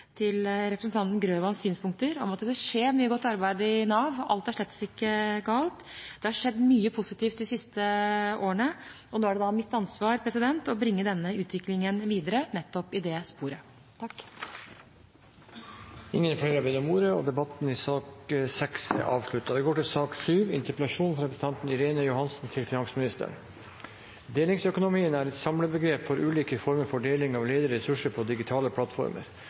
representanten Grøvans synspunkter om at det skjer mye godt arbeid i Nav, alt er slett ikke galt. Det har skjedd mye positivt de siste årene, og nå er det mitt ansvar å bringe denne utviklingen videre nettopp i det sporet. Flere har ikke bedt om ordet til sak nr. 6. Delingsøkonomi er på dagsordenen overalt, både internasjonalt og her i landet. I tillegg debatteres delingsøkonomi flittig på debattmøter og i media, med ulikt utgangspunkt, og i dag altså også her på